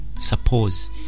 suppose